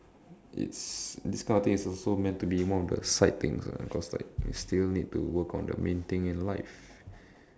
it's this kind of thing is also meant to be one of the side things lah because like you still need to work on the main thing in life